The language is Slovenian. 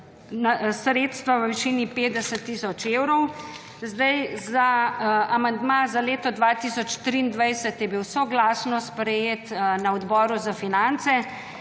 sredstva v višini 50 tisoč evrov. Amandma za leto 2023 je bil soglasno sprejet na Odboru za finance,